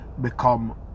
become